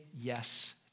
yes